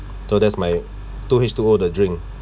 so that's my two H two O the drink